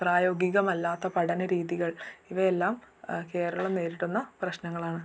പ്രായോഗികമല്ലാത്ത പഠനരീതികൾ ഇവയെല്ലാം കേരളം നേരിടുന്ന പ്രശ്നങ്ങളാണ്